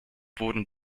wurden